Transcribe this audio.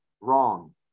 wrong